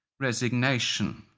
resignation.